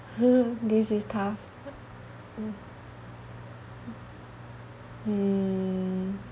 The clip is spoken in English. !huh! this is tough mm hmm